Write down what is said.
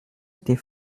était